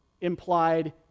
implied